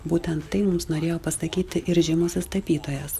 būtent tai mums norėjo pasakyti ir žymusis tapytojas